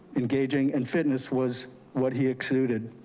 engaging, and fitness was what he exuded.